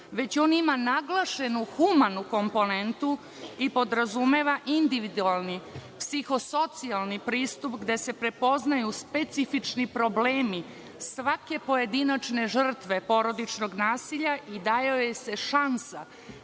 već on ima naglašenu humanu komponentu i podrazumeva individualni psiho-socijalni pristup gde se prepoznaju specifični problemi svake pojedinačne žrtve porodičnog nasilja i daje joj se šansa